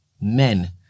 men